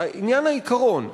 עניין העיקרון,